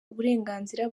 uburenganzira